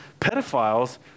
pedophiles